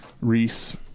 reese